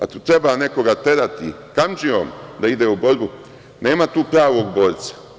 Ako treba nekoga terati kamdžijom da ide u borbu, nema tu pravog borca.